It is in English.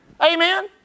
Amen